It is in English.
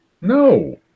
No